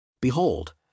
Behold